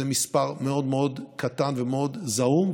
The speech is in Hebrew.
זה מספר מאוד מאוד קטן ומאוד זעום,